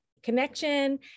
Connection